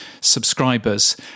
subscribers